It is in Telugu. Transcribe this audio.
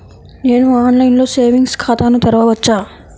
నేను ఆన్లైన్లో సేవింగ్స్ ఖాతాను తెరవవచ్చా?